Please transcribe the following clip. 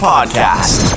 Podcast